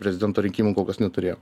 prezidento rinkimų kol kas neturėjom